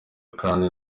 kandi